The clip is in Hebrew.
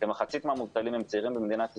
כמחצית מהמובטלים הם צעירים במדינת ישראל,